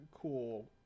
cool